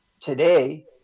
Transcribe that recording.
Today